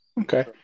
Okay